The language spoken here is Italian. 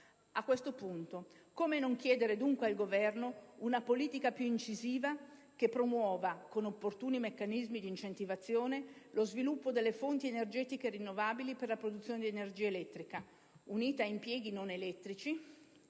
A questo punto, come non chiedere al Governo una politica più incisiva, che promuova con opportuni meccanismi di incentivazione lo sviluppo delle fonti energetiche rinnovabili per la produzione di energia elettrica, unita ad impieghi non elettrici